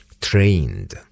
trained